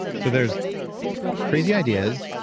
so there's crazy ideas,